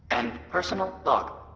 and personal log